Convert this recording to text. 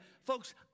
folks